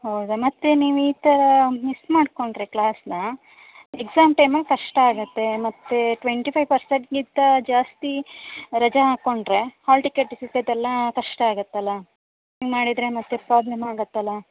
ಹೌದಾ ಮತ್ತೆ ನೀವು ಈ ಥರ ಮಿಸ್ ಮಾಡ್ಕೊಂಡರೆ ಕ್ಲಾಸನ್ನ ಎಕ್ಸಾಮ್ ಟೈಮಲ್ಲಿ ಕಷ್ಟ ಆಗುತ್ತೆ ಮತ್ತೆ ಟ್ವೆಂಟಿ ಫೈವ್ ಪರ್ಸೆಂಟಿಗಿಂತ ಜಾಸ್ತಿ ರಜ ಹಾಕ್ಕೊಂಡ್ರೆ ಹಾಲ್ ಟಿಕೆಟ್ ಸಿಗೋದೆಲ್ಲ ಕಷ್ಟ ಆಗುತ್ತಲ್ಲ ಹಿಂಗ್ ಮಾಡಿದರೆ ಮತ್ತೆ ಪ್ರಾಬ್ಲಮ್ ಆಗುತ್ತಲ್ಲ